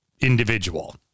individual